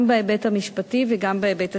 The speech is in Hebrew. גם בהיבט המשפטי וגם בהיבט הציבורי.